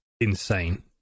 insane